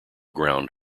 ground